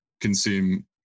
consume